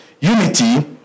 Unity